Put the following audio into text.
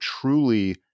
truly